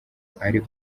ari